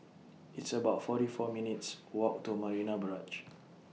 It's about forty four minutes' Walk to Marina Barrage